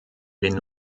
den